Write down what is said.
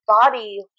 body